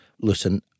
Listen